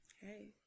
hey